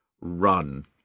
run